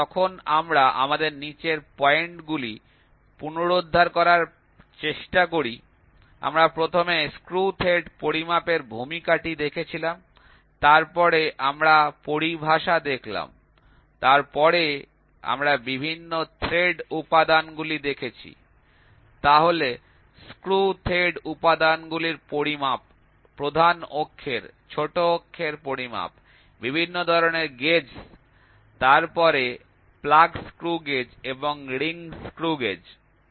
সুতরাং যখন আমরা আমাদের নীচের পয়েন্টগুলি পুনরুদ্ধার করার চেষ্টা করি আমরা প্রথমে স্ক্রু থ্রেড পরিমাপের ভূমিকাটি দেখেছিলাম তারপরে আমরা পরিভাষা দেখলাম তারপরে আমরা বিভিন্ন থ্রেড উপাদানগুলি দেখেছি তারপরে স্ক্রু থ্রেড উপাদানগুলির পরিমাপ প্রধান অক্ষের ছোট অক্ষের পরিমাপ বিভিন্ন ধরণের গেজস তারপরে প্লাগ স্ক্রু গেজ এবং রিং স্ক্রু গেজ